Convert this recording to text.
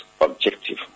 objective